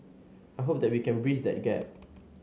I hope that we can breach that gap